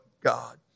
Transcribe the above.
God